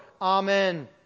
Amen